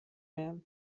mehr